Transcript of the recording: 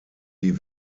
die